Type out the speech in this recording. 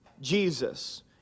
Jesus